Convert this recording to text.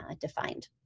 defined